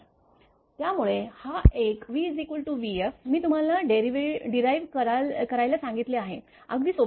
त्यामुळे हा एक v vf मी तुम्हाला डेरेइव करायला सांगितले आहे अगदी सोप आहे